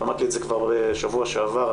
ואמרתי את זה כבר בשבוע שעבר,